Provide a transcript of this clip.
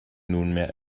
nunmehr